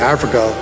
Africa